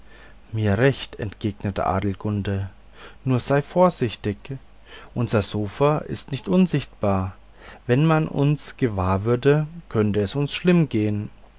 mir recht entgegnete adelgunde nur seid vorsichtig unser sofa ist nicht unsichtbar wenn man uns gewahr würde könnte es uns schlimm gehn